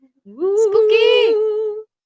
Spooky